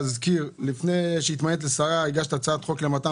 לפני שהתמנית לשרה הגשת הצעת חוק למתן